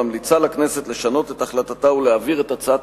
ממליצה לכנסת לשנות את החלטתה ולהעביר את הצעת